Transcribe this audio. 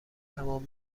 تمام